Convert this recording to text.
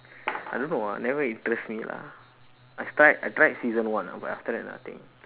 I don't know ah never interest me lah I start I tried season one but after that nothing